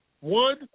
one